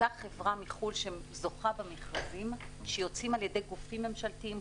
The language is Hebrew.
אותה חברה מחו"ל שזוכה במכרזים שיוצאים על-ידי גופים ממשלתיים,